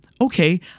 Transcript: okay